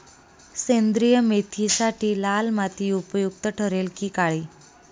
सेंद्रिय मेथीसाठी लाल माती उपयुक्त ठरेल कि काळी?